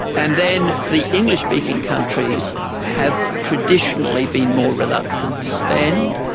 and then the english-speaking countries have traditionally been more reluctant to spend.